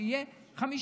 שיהיה 15